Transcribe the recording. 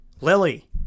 Lily